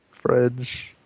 fridge